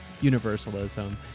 universalism